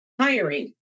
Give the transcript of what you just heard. hiring